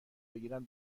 بگیرم